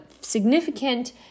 significant